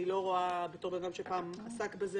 בתור אדם שפעם עסק בזה,